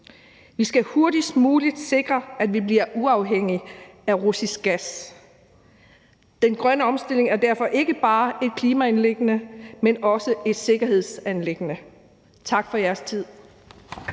Vi skal hurtigst muligt sikre, at vi bliver uafhængige af russisk gas. Den grønne omstilling er derfor ikke bare et klimaanliggende, men også et sikkerhedsanliggende. Tak for jeres tid.